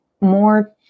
more